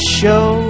show